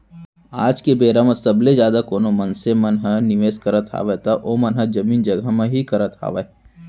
आज के बेरा म सबले जादा कोनो मनसे मन ह निवेस करत हावय त ओमन ह जमीन जघा म ही करत हावय